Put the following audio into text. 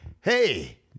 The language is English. hey